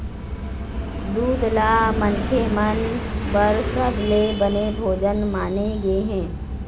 दूद ल मनखे मन बर सबले बने भोजन माने गे हे